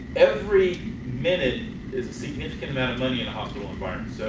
every minute is a significant amount of money in hospital environment,